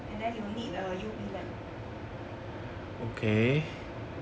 and then you need a U_V lamp